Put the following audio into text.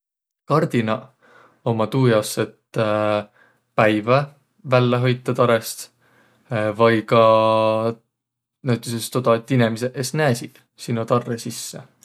Kardinaq ummaq tuu jaos, et päivä vällä hoitaq tarõst. Vai ka näütüses toda, et inemiseq es näesiq sino tarrõ sisse.